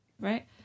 right